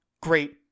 great